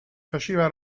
faceva